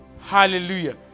Hallelujah